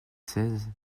seize